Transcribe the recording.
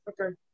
Okay